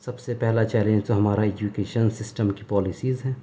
سب سے پہلا چیلنز تو ہمارا ایجوکیشن سسٹم کی پالیسز ہیں